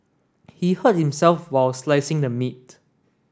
he hurt himself while slicing the meat